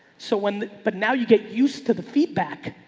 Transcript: so when, but now you get used to the feedback.